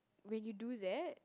when you do that